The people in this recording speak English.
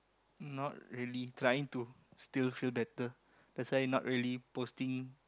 not really trying to still feel better that's why not really posting